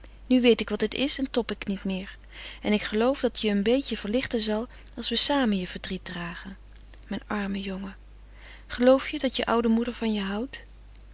nu weet ik wat het is en tob ik niet meer en ik geloof dat het je een beetje verlichten zal als we samen je verdriet dragen mijn arme jongen geloof je dat je oude moeder van je houdt